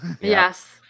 Yes